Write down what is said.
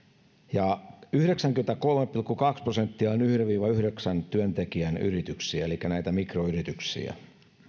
ja yhdeksänkymmentäkolme pilkku kaksi prosenttia on yhden viiva yhdeksän työntekijän yrityksiä elikkä näitä mikroyrityksiä